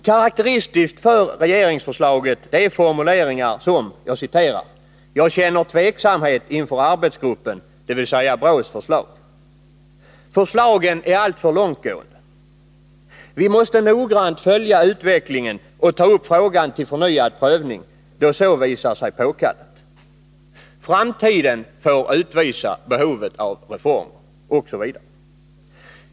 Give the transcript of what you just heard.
Karakteristiskt för regeringsförslaget är formuleringar som: ”Jag känner tveksamhet inför arbetsgruppens förslag.” ”Förslagen är alltför långtgående.” ”Vi måste noggrant följa utvecklingen och ta upp frågan till förnyad prövning då så visar sig påkallat.” ”Framtiden får utvisa behovet av reformer.” ,etc.